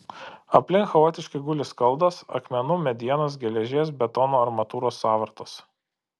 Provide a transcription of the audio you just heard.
aplink chaotiškai guli skaldos akmenų medienos geležies betono armatūros sąvartos